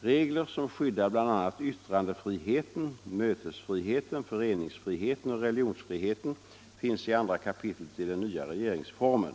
Regler som skyddar bl.a. yttrandefriheten, mötesfriheten, föreningsfriheten och religionsfriheten finns i 2 kap. i den nya regeringsformen.